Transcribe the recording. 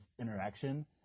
interaction